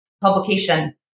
publication